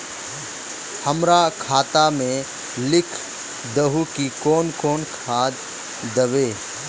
हमरा खाता में लिख दहु की कौन कौन खाद दबे?